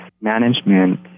management